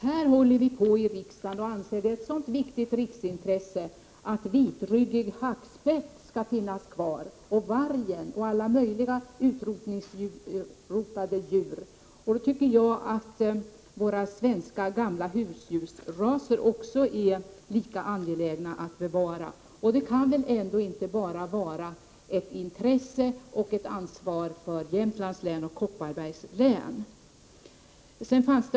Här i riksdagen anser vi att det är ett viktigt riksintresse att vitryggig hackspett, varg och alla möjliga utrotningshotade djur skall vara kvar, och jag tycker att det är lika angeläget att bevara de gamla svenska husdjursraserna. Det kan inte bara vara ett intresse och ett ansvar för Jämtlands och Kopparbergs län.